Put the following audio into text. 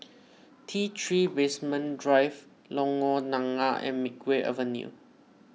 T three Basement Drive Lorong Nangka and Makeway Avenue